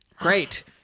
Great